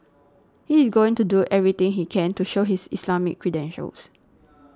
he is going to do everything he can to show his Islamic credentials